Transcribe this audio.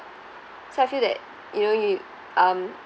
so I feel that you know you um